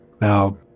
Now